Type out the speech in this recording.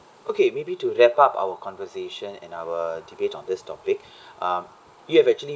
okay maybe to wrap up our conversation and our debate on this topic uh you've actually